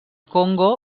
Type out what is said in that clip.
congo